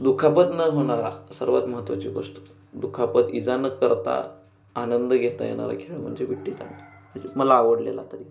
दुखापत न होणारा सर्वात महत्त्वाची गोष्ट दुखापत इजा न करता आनंद घेता येणारा खेळ म्हणजे विट्टीदांडू म्हणजे मला आवडलेला तरी